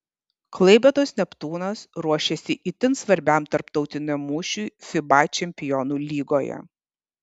klaipėdos neptūnas ruošiasi itin svarbiam tarptautiniam mūšiui fiba čempionų lygoje